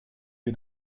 you